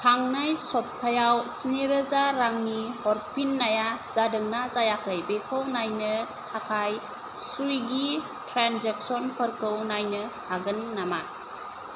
थांनाय सप्तायाव स्नि रोजा रांनि हरफिन्नाया जादोंना जायाखै बेखौ नायनो थाखाय सुइगि ट्रेन्जेकसनफोरखौ नायनो हागोन नामा